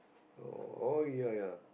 oh oh ya ya